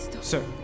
Sir